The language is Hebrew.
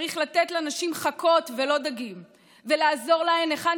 צריך לתת לנשים חכות ולא דגים ולעזור להן היכן